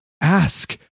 ask